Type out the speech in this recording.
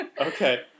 okay